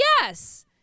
Yes